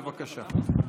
בבקשה.